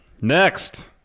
Next